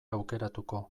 aukeratuko